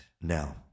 now